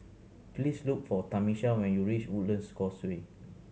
please look for Tamisha when you reach Woodlands Causeway